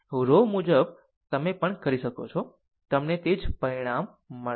row મુજબનું તમે પણ કરી શકો છો તમને તે જ પરિણામ મળશે